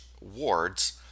wards